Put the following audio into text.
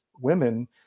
women